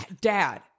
Dad